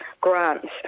grants